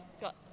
got